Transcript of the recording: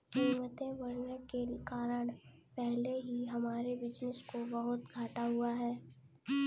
कीमतें बढ़ने के कारण पहले ही हमारे बिज़नेस को बहुत घाटा हुआ है